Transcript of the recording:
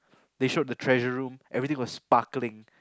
they showed the treasure room everything was sparkling